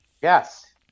Yes